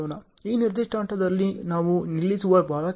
ಈ ನಿರ್ದಿಷ್ಟ ಹಂತದಲ್ಲಿ ನಾವು ನಿಲ್ಲಿಸಿರುವ ಬ್ಯಾಕ್ವರ್ಡ್ ಪಾಸ್